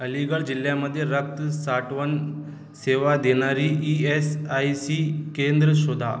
अलीगढ जिल्ह्यामध्ये रक्त साठवण सेवा देणारी ई एस आय सी केंद्र शोधा